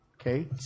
okay